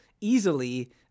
easily